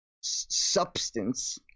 substance